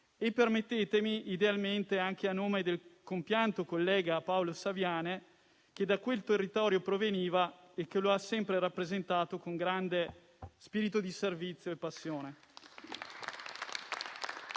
- permettetemi - anche a nome del compianto collega Paolo Saviane che da quel territorio proveniva e che lo ha sempre rappresentato con grande spirito di servizio e passione.